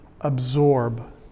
absorb